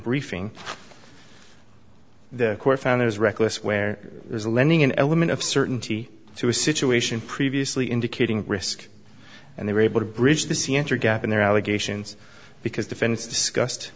briefing the court found it was reckless where there's a lending an element of certainty to a situation previously indicating risk and they were able to bridge the sea enter a gap in their allegations because defense discussed